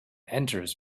enters